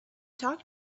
talk